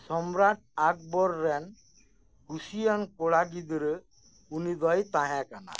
ᱥᱚᱢᱨᱟᱴ ᱟᱠᱵᱚᱨ ᱨᱮᱱ ᱠᱩᱥᱤᱭᱟᱱ ᱠᱚᱲᱟ ᱜᱤᱫᱽᱨᱟᱹ ᱩᱱᱤᱫᱚᱭ ᱛᱟᱦᱮᱸ ᱠᱟᱱᱟ